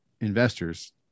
investors